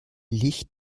licht